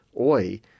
Oi